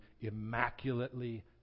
immaculately